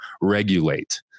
regulate